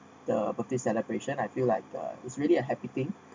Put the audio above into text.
the birthday celebration I feel like uh it's really a happy thing